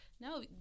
no